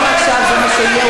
אם עכשיו זה מה שיהיה,